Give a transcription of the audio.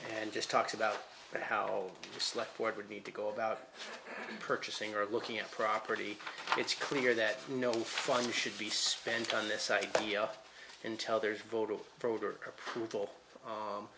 and just talks about how you slept for it would need to go about purchasing or looking at property it's clear that no funds should be spent on this idea until there's voter fraud or approval